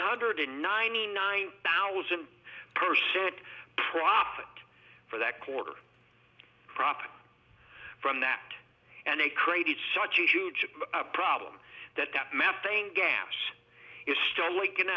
hundred and ninety nine thousand per cent profit for that quarter profited from that and they created such a huge problem that that methane gas is still l